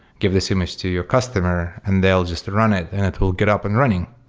give this image to your customer and they'll just run it and it will get up and running.